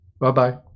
bye-bye